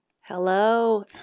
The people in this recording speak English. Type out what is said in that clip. Hello